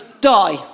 die